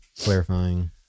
Clarifying